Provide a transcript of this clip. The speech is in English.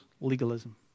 legalism